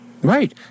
Right